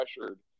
pressured